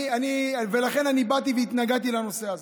ולכן אני באתי והתנגדתי לנושא הזה.